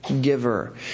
giver